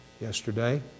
yesterday